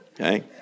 Okay